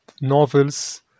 novels